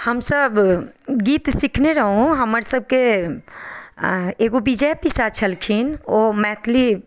हम सभ गीत सिखने रहुँ हमर सभके एकगो विजय पीसा छलखिन ओ मैथिली